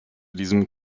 diesem